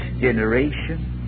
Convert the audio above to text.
generation